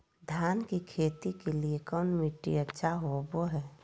धान की खेती के लिए कौन मिट्टी अच्छा होबो है?